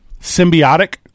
Symbiotic